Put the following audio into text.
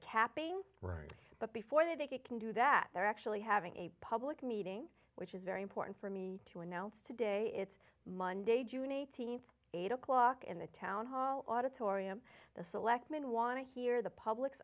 capping right but before they can do that they're actually having a public meeting which is very important for me to announce today it's monday june eighteenth eight o'clock in the town hall auditorium the selectmen want to hear the public's